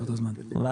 באותו זמן במועצה.